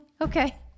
okay